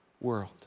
world